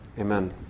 Amen